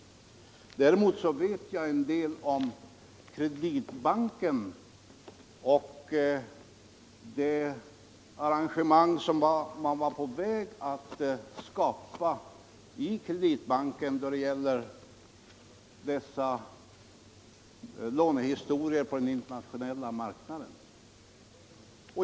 Däremot vet jag en del om Kreditbanken och de åtgärder som man där var på väg att vidta när det gällde dessa lånehistorier på den internationella marknaden.